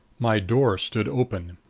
my door stood open.